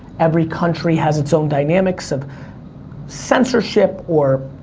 every country has its own dynamics of censorship, or,